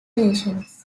tensions